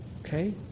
Okay